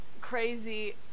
crazy